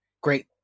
great